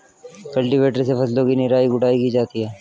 cultivator से फसलों की निराई गुड़ाई की जाती है